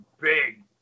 big